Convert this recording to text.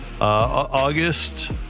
August